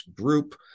group